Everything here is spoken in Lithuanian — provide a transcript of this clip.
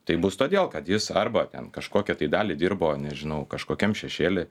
taip bus todėl kad jis arba ten kažkokią tai dalį dirbo nežinau kažkokiam šešėly